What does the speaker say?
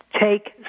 take